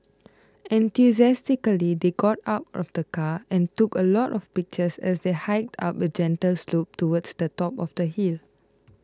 enthusiastically they got out of the car and took a lot of pictures as they hiked up a gentle slope towards the top of the hill